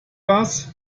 das